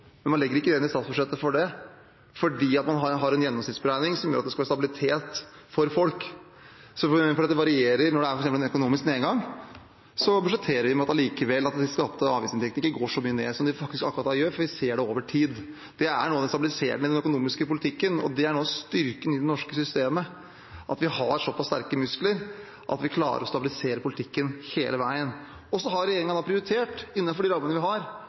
men man legger ikke det inn i statsbudsjettet likevel, for man har en gjennomsnittsberegning, som gjør at det skal være stabilitet for folk, for dette varierer. For eksempel: Når det er økonomisk nedgang, budsjetterer vi likevel med at skatte- og avgiftsinntektene ikke går så mye ned som de faktisk akkurat da gjør, for vi ser det over tid. Det er stabiliserende i den økonomiske politikken, og det er noe av styrken i det norske systemet, at vi har såpass sterke muskler at vi klarer å stabilisere politikken hele veien. Så har regjeringen prioritert innenfor de rammene vi har,